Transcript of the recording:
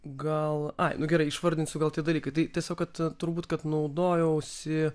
gal ai nu gerai išvardinsiu gal tie dalykai tai tiesiog kad turbūt kad naudojausi